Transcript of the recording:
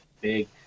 big